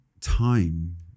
time